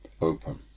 open